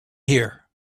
here